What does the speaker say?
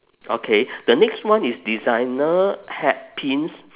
okay the next one is designer hatpins